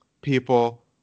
people